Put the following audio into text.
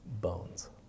bones